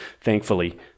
thankfully